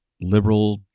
liberal